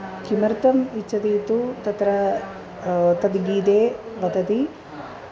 किमर्थम् इच्छति तु तत्र तद् गीते वदति